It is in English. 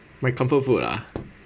my comfort food ah